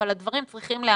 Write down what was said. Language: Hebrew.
אבל הדברים צריכים.